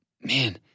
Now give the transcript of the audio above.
man